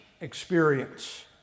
experience